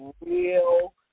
real